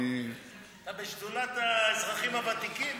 אתה בשדולת האזרחים הוותיקים.